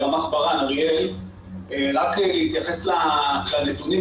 להתייחס לנתונים,